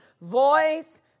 voice